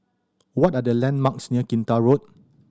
what are the landmarks near Kinta Road